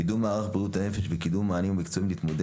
קידום מערך בריאות הנפש וקידום מענים מקצועיים למתמודדי